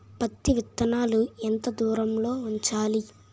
పత్తి విత్తనాలు ఎంత దూరంలో ఉంచాలి?